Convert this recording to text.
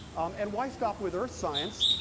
and why stop with earth science?